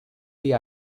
the